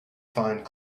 find